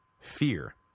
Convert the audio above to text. Fear